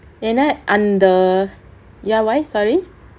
ஏன்னா அந்த:yaennaa antha ya why sorry